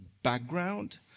Background